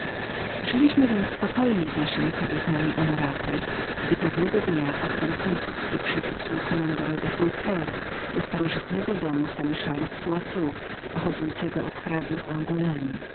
żyliśmy więc spokojnie z naszemi zaszczytnemi kobietami gdy pewnego dnia okręt francuzki przywiózł nam kommandora de foulcquire ze starożytnego domu seneszalów z poitou pochodzącego od hrabiów